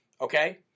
okay